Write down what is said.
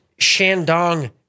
Shandong